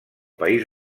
país